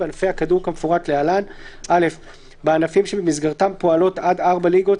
בענפי הכדור כמפורט להלן: (א)בענפים שבמסגרתם פועלות עד ארבע ליגות,